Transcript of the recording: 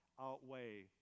outweigh